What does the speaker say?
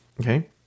okay